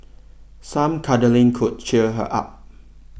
some cuddling could cheer her up